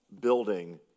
building